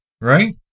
right